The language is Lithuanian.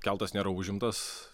keltas nėra užimtas